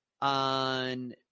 on –